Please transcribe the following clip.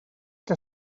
que